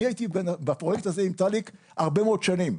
אני הייתי בפרויקט הזה עם טליק הרבה מאוד שנים.